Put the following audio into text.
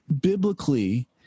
biblically